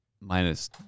Minus